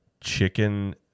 chicken